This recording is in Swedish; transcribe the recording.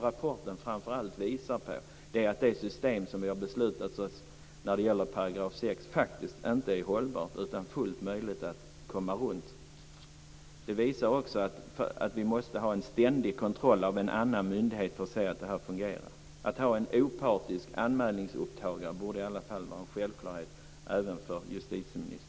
Rapporten visar att det system som skall tillämpas i 6 § inte är hållbart. Det är fullt möjligt att komma runt det. Vi måste ha en ständig kontroll utförd av en annan myndighet för att se att systemet fungerar. Det borde vara en självklarhet även för justitieministern att ha en opartisk anmälningsupptagare.